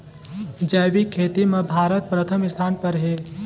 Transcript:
जैविक खेती म भारत प्रथम स्थान पर हे